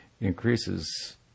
increases